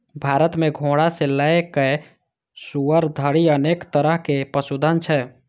भारत मे घोड़ा सं लए कए सुअर धरि अनेक तरहक पशुधन छै